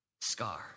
Scar